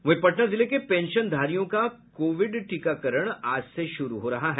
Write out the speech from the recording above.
वहीं पटना जिले के पेंशनधारियों का कोविड टीकाकरण आज से शुरू हो रहा है